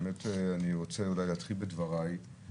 באמת אני רוצה אולי להתחיל בדבריי,